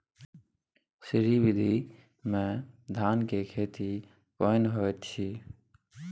श्री विधी में धान के खेती केहन होयत अछि?